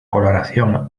coloración